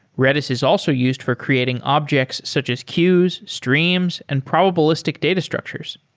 redis is also used for creating objects such as queues, streams and probabilistic data structures.